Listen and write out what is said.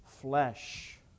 flesh